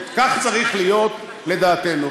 כך צריך להיות, לדעתנו.